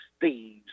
thieves